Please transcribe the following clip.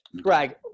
Greg